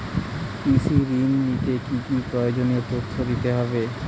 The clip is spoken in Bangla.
কৃষি ঋণ নিতে কি কি প্রয়োজনীয় তথ্য দিতে হবে?